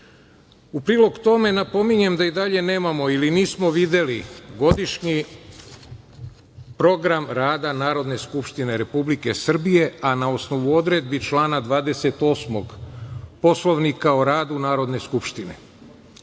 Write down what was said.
prilog tome napominjem da i dalje nemamo ili nismo videli godišnji program rada Narodne skupštine Republike Srbije, a na osnovu odredbi člana 28. Poslovnika o radu Narodne skupštine.